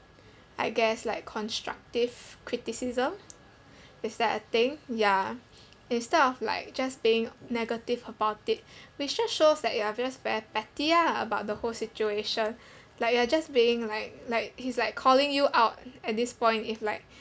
I guess like constructive criticism is that a thing ya instead of like just being negative about it which just shows that you're just very petty lah about the whole situation like you're just being like like he's like calling you out at this point if like